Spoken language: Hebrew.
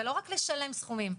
ולא רק לשלם סכומים,